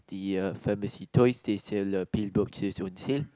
the uh pharmacy toys they sell uh on sale